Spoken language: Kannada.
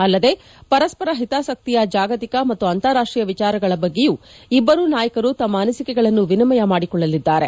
ಅಲ್ಲದೆ ಪರಸ್ಪರ ಹಿತಾಸಕ್ತಿಯ ಜಾಗತಿಕ ಮತ್ತು ಅಂತಾರಾಷ್ಟೀಯ ವಿಚಾರಗಳ ಬಗ್ಗೆಯೂ ಇಬ್ಬರೂ ನಾಯಕರು ತಮ್ಮ ಅನಿಸಿಕೆಗಳನ್ನು ವಿನಿಮಯ ಮಾಡಿಕೊಳ್ಳಲಿದ್ದಾರೆ